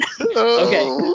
Okay